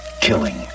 killing